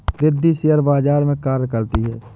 Riddhi share बाजार में कार्य करती है